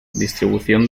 distribución